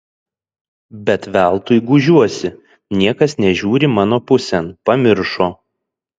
bet veltui gūžiuosi niekas nežiūri mano pusėn pamiršo